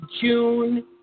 June